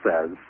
says